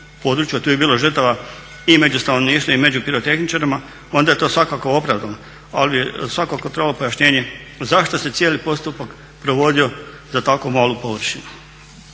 tu je bilo žrtava i među stanovništvom i među pirotehničarima onda je to svakako opravdano, ali svakako bi trebalo pojašnjenje zašto se cijeli postupak provodio za tako malu površinu?